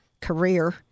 career